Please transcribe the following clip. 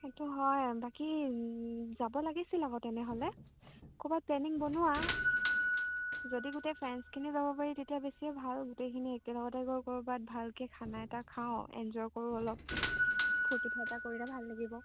সেইটো হয় বাকী যাব লাগিছিল আকৌ তেনেহ'লে ক'ৰবাত প্লেনিং বনোৱা যদি গোটেই ফ্ৰেণ্ডছখিনি যাব পাৰি তেতিয়া বেছিয়ে ভাল গোটেইখিনি একেলগতে গৈ ক'ৰবাত ভালকৈ খানা এটা খাওঁ এনজয় কৰোঁ অলপ ফূৰ্তি ফৰ্তা কৰিলে ভাল লাগিব